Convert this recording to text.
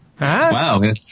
Wow